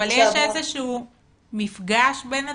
אבל יש איזה שהוא מפגש בין הצדדים?